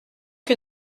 que